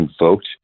invoked